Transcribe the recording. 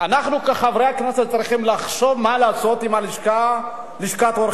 שאנחנו כחברי הכנסת צריכים לחשוב מה לעשות עם לשכת עורכי-הדין.